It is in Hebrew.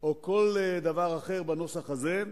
או כל דבר אחר בנוסח הזה,